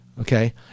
Okay